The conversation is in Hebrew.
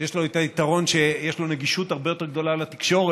שיש לו את היתרון שיש לו נגישות הרבה יותר גדולה לתקשורת,